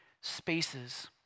spaces